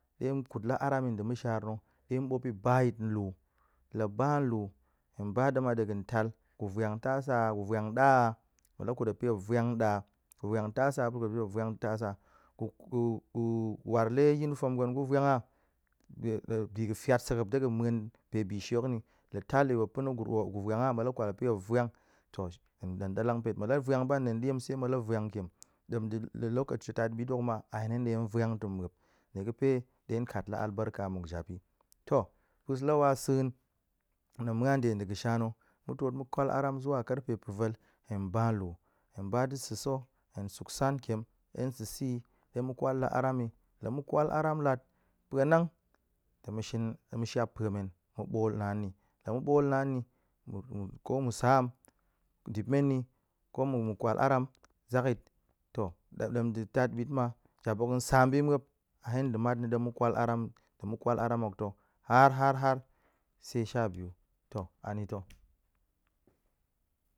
Ɗe kut la aram ni ɗe ma̱shar na̱, de ɓop ba yit lu, la ba lu, hen ba ɗem a ɗe ga̱n tal gu vwan tasa a, gu vwan ɗa̱ a, muop la kut muop yi muop vwan a, gu vwan tasa a, muop kut muop ni muop vwan tasa, gu gu gu war le yinform gwen gu vwan ha bi bi ga̱ ga̱ fyat sek muop ɗe ga̱n muan ga̱n muan pe bi she hok ni. La tal ɗie muop pa̱na̱ gu rwo gu vwan a muop kwal muop pi muop vwan to hen nen dɗalang pet muop la vwan ba ten ɗiem se muop la vwan kiem, ɗem ɗe le lokaci ɗat bit ta̱k ma a hen hen tong vwan ta̱ muop nie ga̱pe ɗe kat la abarka muk jap pi. To pa̱a̱s la wa sa̱a̱n muan ɗe nɗa̱ ga̱sha na̱ mu twot mu kwal aram zuwa karfe pa̱vel, hen ba lu hen ba ɗe sa̱sa̱ hen suk san tiem ɗe sa̱sa̱ yi ɗe mu kwal la aram la yi mu kwal la aram lat puanang, tong mu shin tong mu shap pua men mu ɓol naan ni la mu ɓol naan ni ko mu saam dip men ni ko mu kwal aram zak yit, to tat bit ma jap hok tong saam bi muop a hen nɗe matna̱ ɗem mu kwal aram to mu kwal hok to har har har se sha biyu, to anita̱